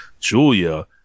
Julia